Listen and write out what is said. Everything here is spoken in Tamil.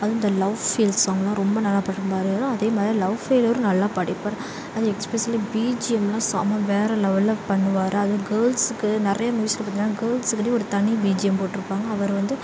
அதுவும் இந்த லவ் ஃபீல்ஸ் சாங்லாம் ரொம்ப நல்லா பாடியிருப்பார் அதேமாதிரி லவ் ஃபெயிலியரும் நல்லா பாடியிருப்பார் அது எக்ஸ்பெஷலி பீஜிஎம்லாம் செமை வேறே லெவலில் பண்ணுவார் அது கேர்ள்ஸுக்கு நிறைய மியூசிக் பார்த்திங்கன்னா கேர்ள்ஸுக்குனே ஒரு தனி பீஜிஎம் போட்டிருப்பாங்க அவர் வந்து